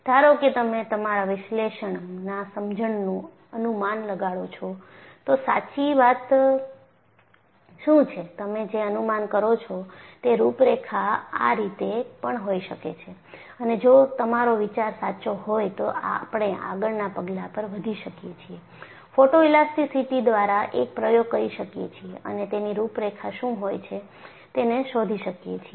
ધારો કે તમે તમારા વિશ્લેષણના સમજણનું અનુમાન લગાડો છો તો સાચી વાત શું છે તમે જે અનુમાન કરો છો તે રૂપરેખા આ રીતે પણ હોઈ શકે છે અને જો તમારો વિચાર સાચો હોય તો આપણે આગળના પગલા પર વધી શકીએ છીએ ફોટોઇલાસ્ટીસીટી દ્વારા એક પ્રયોગ કરી શકીએ છીએ અને તેની રૂપરેખા શું હોય છે તેને શોધી શકીએ છીએ